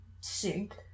sink